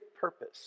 purpose